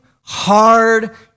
hard